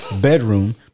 Bedroom